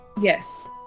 Yes